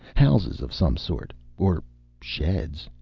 houses of some sort. or sheds.